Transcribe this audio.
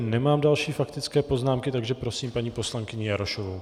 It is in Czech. Nemám další faktické poznámky, takže prosím paní poslankyni Jarošovou.